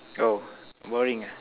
oh boring ah